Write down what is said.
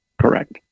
correct